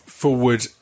Forward